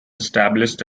established